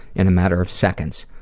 in a matter of seconds,